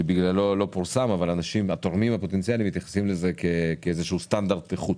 אבל התורמים הפוטנציאליים מתייחסים לזה כאל סטנדרט איכות.